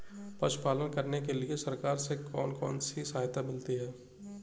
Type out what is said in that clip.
पशु पालन करने के लिए सरकार से कौन कौन सी सहायता मिलती है